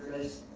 his